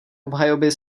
obhajoby